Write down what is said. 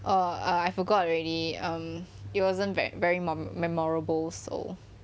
err uh I forgot already um it wasn't very very memorable so